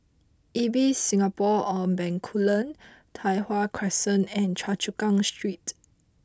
Ibis Singapore on Bencoolen Tai Hwan Crescent and Choa Chu Kang Street